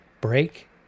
break